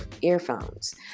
earphones